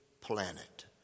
planet